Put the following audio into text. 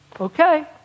Okay